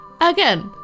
Again